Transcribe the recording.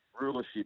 Rulership